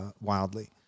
wildly